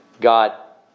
got